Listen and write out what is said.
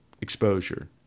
exposure